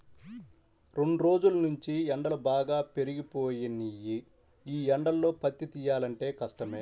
రెండ్రోజుల్నుంచీ ఎండలు బాగా పెరిగిపోయినియ్యి, యీ ఎండల్లో పత్తి తియ్యాలంటే కష్టమే